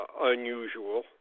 unusual